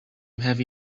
heavy